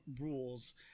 rules